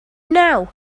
now